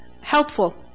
helpful